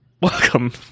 Welcome